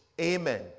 Amen